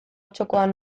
txokoan